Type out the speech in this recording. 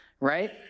right